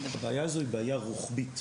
הבעיה הזו היא בעיה רוחבית,